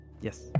Yes